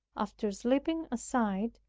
after slipping aside,